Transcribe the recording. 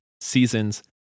season's